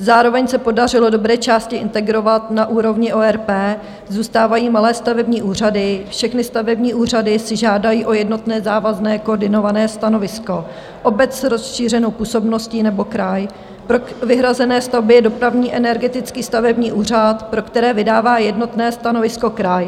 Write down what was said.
Zároveň se podařilo dobré části integrovat na úrovni ORP, zůstávají malé stavební úřady, všechny stavební úřady si žádají o jednotné závazné koordinované stanovisko obec s rozšířenou působností nebo kraj, pro vyhrazené stavby je Dopravní a energetický stavební úřad, pro které vydává jednotné stanovisko kraj.